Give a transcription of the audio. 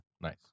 Nice